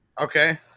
okay